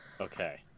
Okay